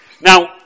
Now